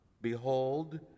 Behold